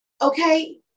okay